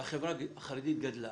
והחברה החרדית גדלה